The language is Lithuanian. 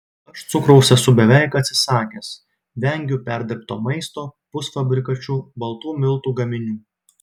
aš cukraus esu beveik atsisakęs vengiu perdirbto maisto pusfabrikačių baltų miltų gaminių